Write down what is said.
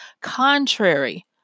contrary